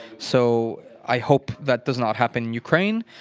so i hope that does not happen in ukraine.